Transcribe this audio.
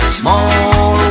small